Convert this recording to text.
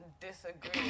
disagree